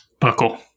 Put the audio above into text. buckle